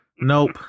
Nope